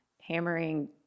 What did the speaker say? hammering